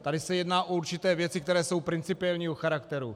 Tady se jedná o určité věci, které jsou principiálního charakteru.